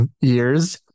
years